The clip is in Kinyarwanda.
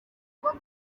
cumi